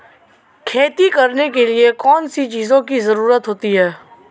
खेती करने के लिए कौनसी चीज़ों की ज़रूरत होती हैं?